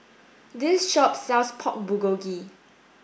this shop sells Pork Bulgogi